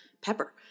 Pepper